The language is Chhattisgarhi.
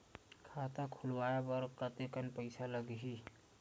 खाता खुलवाय बर कतेकन पईसा लगही?